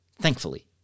thankfully